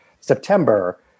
September